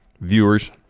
viewers